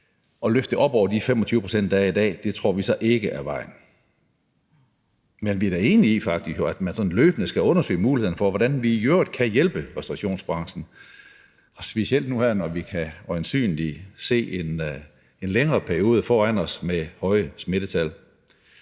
og løfte det ud over de 25 pct., der er i dag, tror vi så ikke er vejen. Men vi er da enige i, at man løbende skal undersøge mulighederne for, hvordan vi i øvrigt kan hjælpe restaurationsbranchen, specielt nu her, hvor vi øjensynlig kan se en længere periode foran os med høje smittetal.